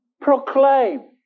proclaim